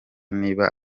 niba